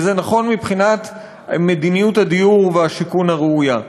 וזה נכון מבחינת מדיניות הדיור והשיכון הראויה.